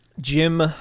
Jim